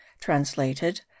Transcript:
translated